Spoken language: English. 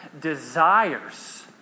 desires